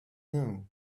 know